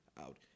Out